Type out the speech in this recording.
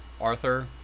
Arthur